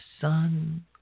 sun